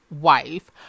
wife